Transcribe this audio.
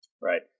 Right